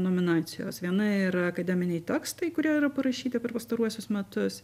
nominacijos viena yra akademiniai tekstai kurie yra parašyti per pastaruosius metus